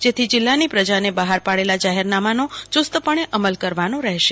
જેથી જિલ્લાની પ્રજાને બફાર પાડેલા જાહેરનામાનો ચુસ્તપણે અમલ કરવાનો રહેશે